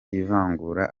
ivangura